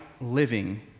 living